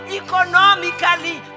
economically